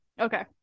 Okay